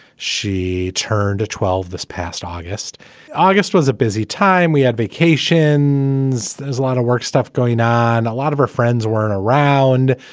she turned twelve this past august august was a busy time. we had vacations. there's a lot of work stuff going on. a lot of her friends weren't around.